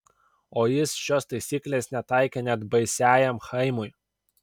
o jis šios taisyklės netaikė net baisiajam chaimui